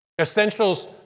essentials